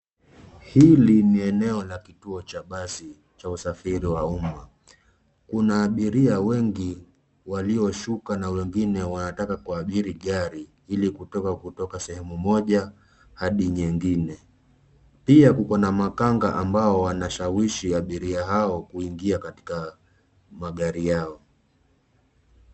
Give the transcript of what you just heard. Hili ni eneo la kituo cha basi cha usafiri wa umma. Kuna abiria wengi walio shuka na wengine wanataka kuabiri gari ili kutoka kutoka sehemu moja hadi nyingine. Pia kuko na makanga ambao wanashawishi abiria hao kuingia katika magari yao.